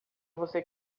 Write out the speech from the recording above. você